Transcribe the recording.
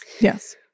Yes